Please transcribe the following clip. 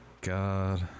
God